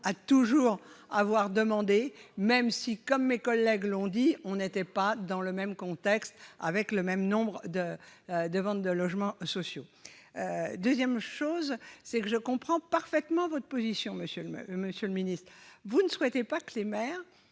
cet avis conforme, même si, comme mes collègues l'ont dit, on n'était pas dans le même contexte, avec le même nombre de ventes de logements sociaux. Ensuite, je voudrais dire que je comprends parfaitement votre position, monsieur le ministre : vous ne souhaitez pas que les maires